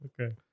Okay